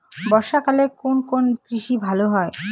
বর্ষা কালে কোন কোন কৃষি ভালো হয়?